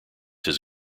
his